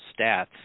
stats